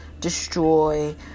destroy